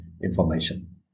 information